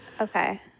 Okay